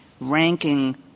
ranking